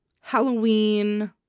Halloween